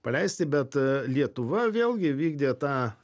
paleisti bet lietuva vėlgi vykdė tą